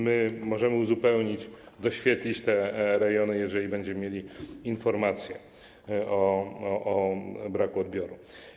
My możemy uzupełnić, doświetlić te rejony, jeżeli będziemy mieli informacje o braku odbioru.